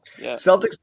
Celtics